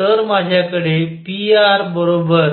तर माझ्याकडे pr √